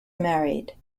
married